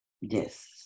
Yes